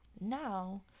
now